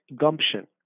gumption